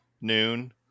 noon